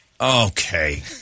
Okay